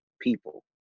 people